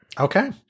Okay